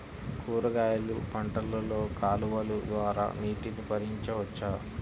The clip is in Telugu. కూరగాయలు పంటలలో కాలువలు ద్వారా నీటిని పరించవచ్చా?